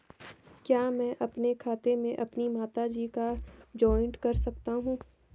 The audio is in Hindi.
क्या मैं अपने खाते में अपनी माता जी को जॉइंट कर सकता हूँ?